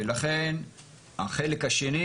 ולכן החלק השני